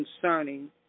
concerning